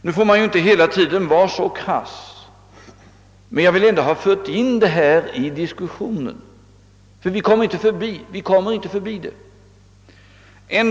Nu får man ju inte hela tiden vara så krass, men jag vill ändå ha fört in denna synpunkt i diskussionen, ty vi kan inte bortse från den.